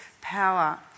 power